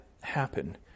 happen